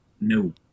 No